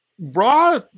Raw